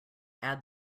add